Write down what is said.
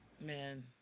man